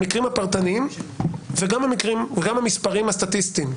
המקרים הפרטניים, וגם המספרים הסטטיסטיים,